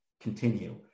continue